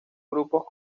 grupos